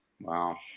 Wow